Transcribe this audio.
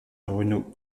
bruno